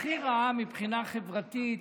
הכי רעה מבחינה חברתית,